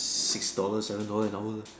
six dollar seven dollar an hour